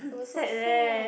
it was so sad